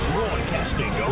Broadcasting